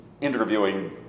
interviewing